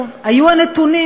היה הנתונים,